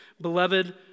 Beloved